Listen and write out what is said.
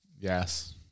Yes